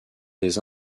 des